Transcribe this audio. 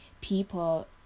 people